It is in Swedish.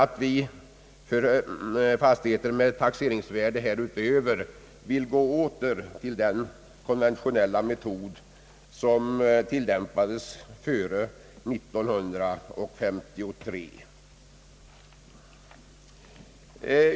Beträffande fastigheter med taxeringsvärden över detta belopp vill vi ha en återgång till den konventionella metod som tillämpades före år 1953.